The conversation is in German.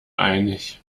einig